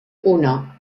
uno